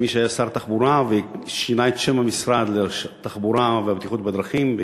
כמי שהיה שר תחבורה ושינה את שם המשרד למשרד התחבורה והבטיחות בדרכים,